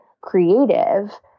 creative